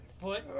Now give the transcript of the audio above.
Foot